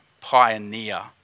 pioneer